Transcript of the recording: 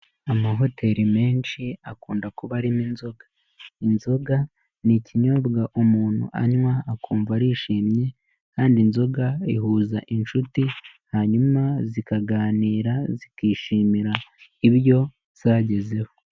Amahoteli menshi akunda kuba aririmo inzoga, inzoga ni ikinyobwa umuntu anywa akumva arishimye, kandi inzoga ihuza inshuti, hanyuma zikaganira zikishimira ibyo zagezeho.